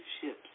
ships